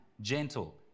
gentle